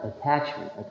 attachment